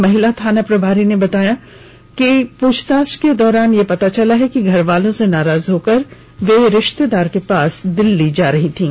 महिला थाना प्रभारी ने बताया कि पूछताछ के दौरान लड़कियों ये पता है कि घर वालों से नाराज होकर रिश्तेदार के पास दिल्ली जा रही थीं